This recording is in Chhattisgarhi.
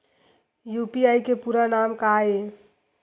यू.पी.आई के पूरा नाम का ये?